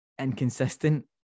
inconsistent